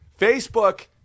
Facebook